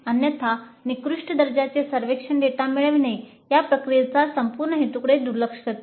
अन्यथा निकृष्ट दर्जाचे सर्वेक्षण डेटा मिळविणे या प्रक्रियेच्या संपूर्ण हेतूकडे दुर्लक्ष करते